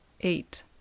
eight